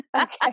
Okay